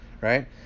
right